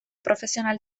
profesional